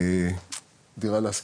"דירה להשכיר"